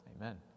Amen